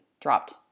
dropped